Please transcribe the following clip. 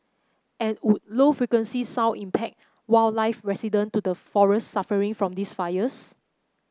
and would low frequency sound impact wildlife resident to the forests suffering from these fires